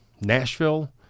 Nashville